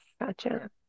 gotcha